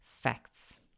facts